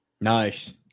Nice